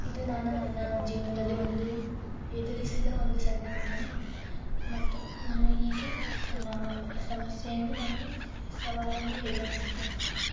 ಇದು ನಾನು ನನ್ನ ಜೀವನದಲ್ಲಿ ಒಂದು ಎದುರಿಸಿದ ಒಂದು ಸಣ್ಣ ಘಟನೆ ಮತ್ತು ನಾನು ಹೀಗೆ ನನ್ನ ಸಮಸ್ಯೆಯನ್ನು ನಾನು ಸವಾಲನ್ನು ಎದುರಸಿದ್ದೆ